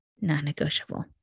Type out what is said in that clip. non-negotiable